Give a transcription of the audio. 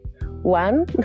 one